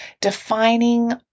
defining